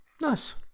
Nice